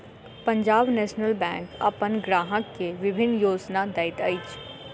Punjab National Bank अपन ग्राहक के विभिन्न योजना दैत अछि